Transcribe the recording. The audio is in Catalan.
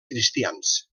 cristians